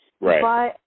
Right